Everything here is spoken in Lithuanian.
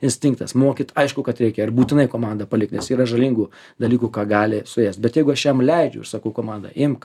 instinktas mokyt aišku kad reikia ar būtinai komandą palikti nes yra žalingų dalykų ką gali suėst bet jeigu aš jam leidžiu ir sakau komandą imk